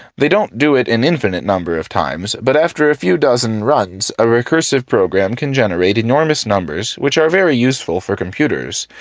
they don't do it an infinite number of times, but after a few dozen runs, a recursive program can generate enormous numbers which are very useful for computers,